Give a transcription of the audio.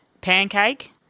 pancake